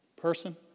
Person